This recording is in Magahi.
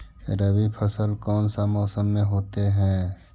रवि फसल कौन सा मौसम में होते हैं?